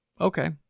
Okay